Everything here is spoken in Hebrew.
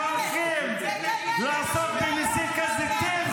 שהולכים לעשות במסיק הזיתים, תוקפים מתנחלים.